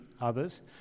others